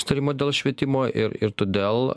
susitarimo dėl švietimo ir ir todėl